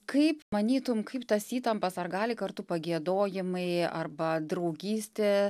kaip manytum kaip tas įtampas ar gali kartu pagiedojimai arba draugystė